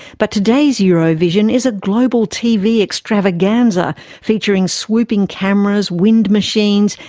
but today's eurovision is a global tv extravaganza featuring swooping cameras, wind machines,